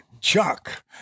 chuck